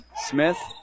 Smith